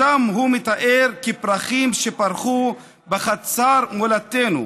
שאותן הוא מתאר כפרחים שפרחו בחצר מולדתנו